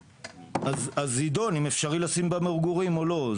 אז יידון אם אפשר לשים בה מגורים או לא.